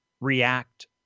react